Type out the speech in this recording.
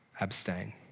Abstain